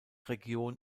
region